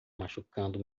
machucando